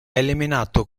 eliminato